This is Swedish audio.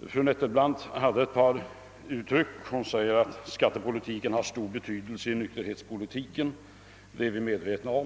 Låt mig först ta upp några uttryck som fru Nettelbrandt använde. Hon sade att skattepolitiken har stor betydelse i nykterhetspolitiken, och det är vi medvetna om.